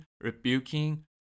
rebuking